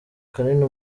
kanini